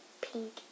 pink